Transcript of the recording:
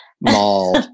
Mall